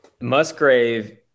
Musgrave